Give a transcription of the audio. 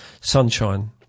sunshine